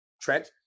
Trent